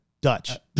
Dutch